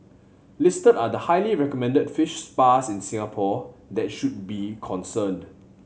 listed are the highly recommended fish spas in Singapore that should be concerned